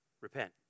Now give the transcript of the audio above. repent